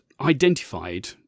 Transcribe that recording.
identified